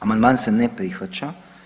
Amandman se ne prihvaća.